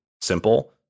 simple